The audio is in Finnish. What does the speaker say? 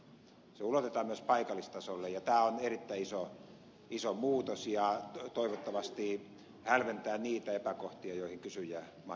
se ulotetaan myös paikallistasolle ja tämä on erittäin iso muutos ja toivottavasti hälventää niitä epäkohtia jotka kysyjä on